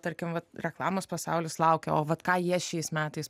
tarkim vat reklamos pasaulis laukia o vat ką jie šiais metais